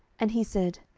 and he said,